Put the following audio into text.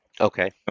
Okay